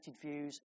views